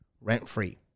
rent-free